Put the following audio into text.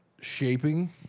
shaping